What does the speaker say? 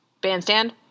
Bandstand